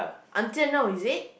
until now is it